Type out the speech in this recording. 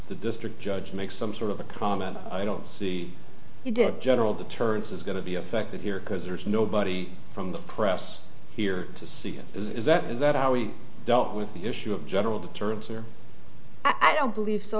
the district judge make some sort of a comment i don't see you did general deterrence is going to be affected here because there's nobody from the press here to see is that is that how he dealt with the issue of general terms or i don't believe so